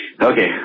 Okay